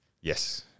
Yes